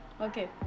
Okay